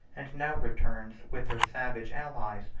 and now returns, with her savage allies,